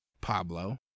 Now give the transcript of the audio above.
Pablo